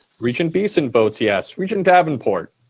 regent beeson votes yes. regent davenport?